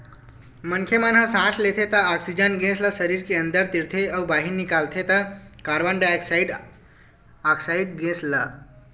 मनखे मन ह सांस लेथे त ऑक्सीजन गेस ल सरीर के अंदर तीरथे अउ बाहिर निकालथे त कारबन डाईऑक्साइड ऑक्साइड गेस ल